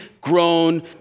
grown